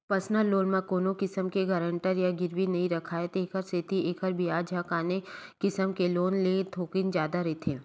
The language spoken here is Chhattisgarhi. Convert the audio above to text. पर्सनल लोन म कोनो किसम के गारंटर या गिरवी नइ राखय तेखर सेती एखर बियाज ह आने किसम के लोन ले थोकिन जादा रहिथे